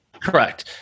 Correct